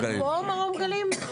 הם פה, מרום גליל?